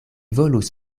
volus